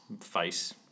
face